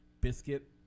biscuit